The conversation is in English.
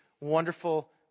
wonderful